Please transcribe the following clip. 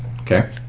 okay